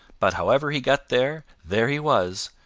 but how ever he got there, there he was,